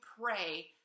pray